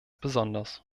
besonders